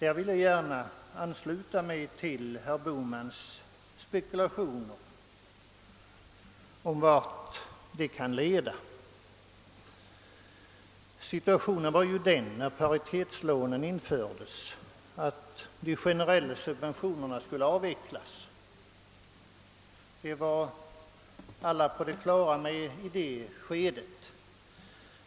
Jag vill gärna ansluta mig till herr Bohmans spekulationer om vart dessa lån kan leda. När paritetslånen infördes var situationen den att de generella subventionerna skulle avvecklas — det var alla på det klara med.